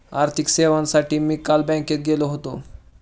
आर्थिक सेवांसाठी मी काल बँकेत गेलो होतो